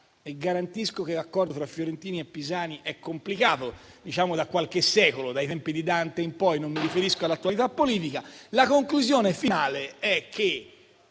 le garantisco che l'accordo tra fiorentini e pisani è complicato da qualche secolo, dai tempi di Dante in poi (non mi riferisco all'attualità politica). La conclusione finale è che